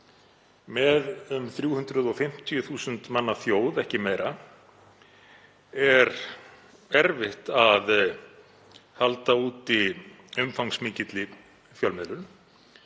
Með um 350.000 manna þjóð, ekki meira, er erfitt að halda úti umfangsmikilli fjölmiðlun